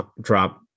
drop